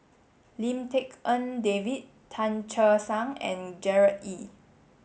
Lim Tik En David Tan Che Sang and Gerard Ee